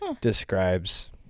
describes